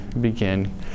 begin